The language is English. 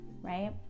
right